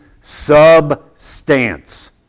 substance